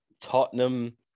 Tottenham